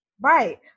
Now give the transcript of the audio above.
Right